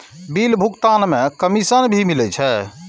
Bill भुगतान में commission भी मिले छै?